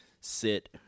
sit